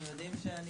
הם יודעים שאני